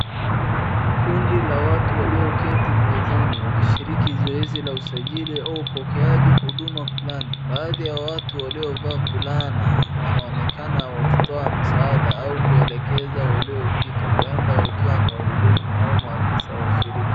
Kundi la watu walioketi mezani wakishirki zoezi la usajili au upokeaji huduma fulani. Baadhi ya watu waliovaa fulana wanaonekana wakitoa msaada au kuelekeza waliofika. Huenda wakiwa ni wahudumu au maafisa ya shirika.